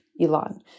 Elon